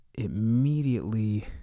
Immediately